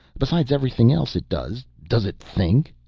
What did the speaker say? besides everything else it does, does it think?